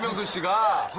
you got